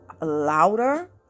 louder